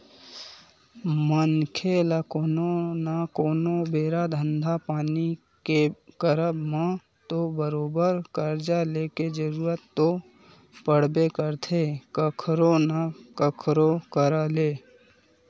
मनखे ल कोनो न कोनो बेरा धंधा पानी के करब म तो बरोबर करजा लेके जरुरत तो पड़बे करथे कखरो न कखरो करा ले